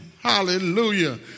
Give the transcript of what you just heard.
Hallelujah